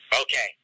Okay